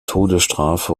todesstrafe